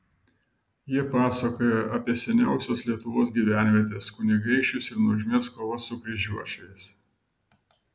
jie pasakoja apie seniausias lietuvos gyvenvietes kunigaikščius ir nuožmias kovas su kryžiuočiais